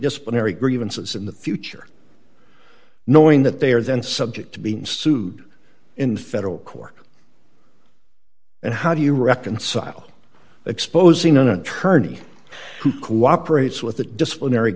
disciplinary grievances in the future knowing that they are then subject to being sued in federal court and how do you reconcile exposing an attorney who cooperates with a disciplinary